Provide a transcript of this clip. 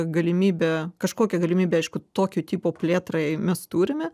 galimybę kažkokią galimybę aišku tokio tipo plėtrai mes turime